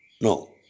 No